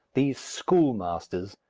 these schoolmasters,